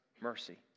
mercy